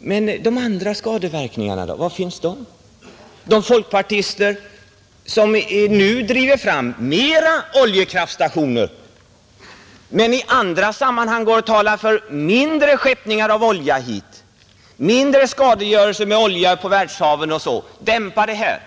Men var finns de andra skadeverkningarna? De folkpartister som nu driver fram mera oljekraftstationer men i andra sammanhang talar för mindre skeppningar av olja hit, mindre skadegörelse med olja på världshaven osv. — dämpa det här!